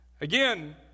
Again